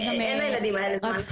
אין לילדים האלה זמן לחכות.